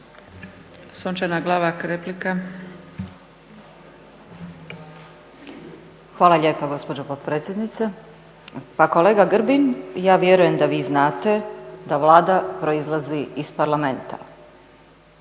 Hvala lijepa gospođo potpredsjednice. Pa kolega Grbin, ja vjerujem da vi znate da Vlada proizlazi iz Parlamenta.